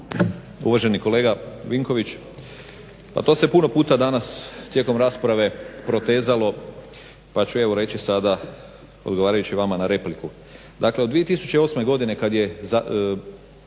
Uvaženi kolega Vinković, pa to se puno puta danas tijekom rasprave protezalo pa ću evo reći sada odgovarajući vama na repliku. Dakle od 2008.godine da kažem